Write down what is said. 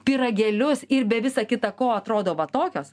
pyragėlius ir be visa kita ko atrodo va tokios